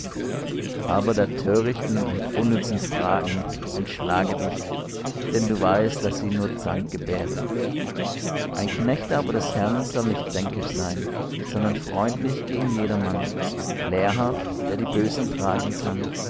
aber der törichten und unnützen fragen entschlage dich denn du weißt daß sie nur zank gebären ein knecht aber des herrn soll nicht zänkisch sein sondern freundlich gegen jedermann lehrhaft der die bösen tragen kann